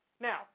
Now